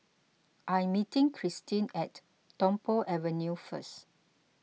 I'm meeting Kristine at Tung Po Avenue first